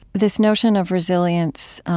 this notion of resilience